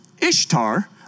Ishtar